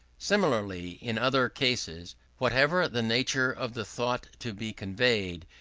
similarly in other cases. whatever the nature of the thought to be conveyed,